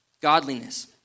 Godliness